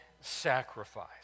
sacrifice